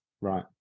Right